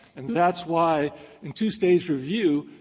and that's why in two-stage review,